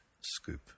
scoop